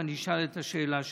ואני אשאל את השאלה שלי.